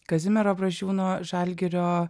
kazimiero brazdžiūno žalgirio